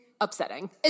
upsetting